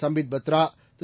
Sambit Patra Thiru